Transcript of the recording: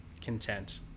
content